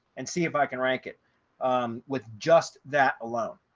and see if i can rank it with just that alone.